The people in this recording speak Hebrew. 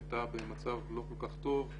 שהיתה במצב לא כל כך טוב,